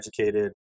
educated